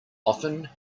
often